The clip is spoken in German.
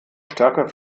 stärker